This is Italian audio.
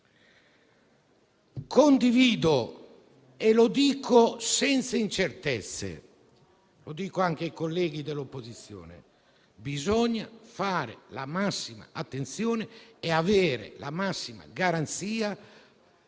Condivido - e lo dico senza incertezze, anche ai colleghi dell'opposizione - che bisogna fare la massima attenzione e avere la massima garanzia,